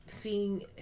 seeing